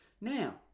Now